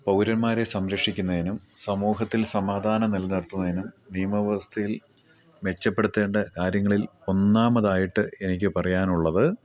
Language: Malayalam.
പൗരന്മാരെ സംരക്ഷിക്കുന്നതിനും സമൂഹത്തിൽ സമാധാനം നിലനിർത്തുന്നതിനും നിയമ വ്യവസ്ഥയിൽ മെച്ചപ്പെടുത്തേണ്ട കാര്യങ്ങളിൽ ഒന്നാമതായിട്ട് എനിക്ക് പറയാനുള്ളത്